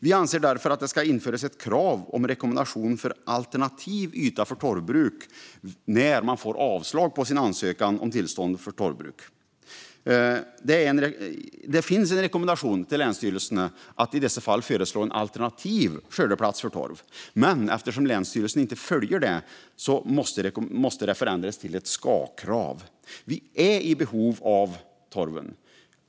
Vi anser därför att det ska införas ett krav på rekommendation för alternativ yta för torvbruk när man får avslag på sin ansökan om tillstånd för torvbruk. Det finns en rekommendation till länsstyrelserna att i dessa fall föreslå en alternativ skördeplats för torv, men eftersom länsstyrelserna inte följer den måste detta förändras till ett ska-krav. Vi är i behov av torv.